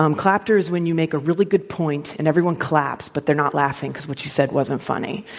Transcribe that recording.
um clap-ter is when you make a really good point, and everyone claps, but they're not laughing, because what you said wasn't funny.